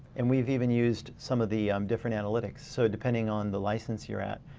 and we've even used some of the different analytics. so depending on the license you're at,